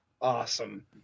awesome